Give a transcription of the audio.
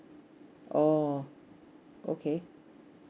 oh okay